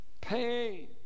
Pain